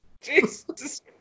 Jesus